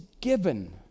given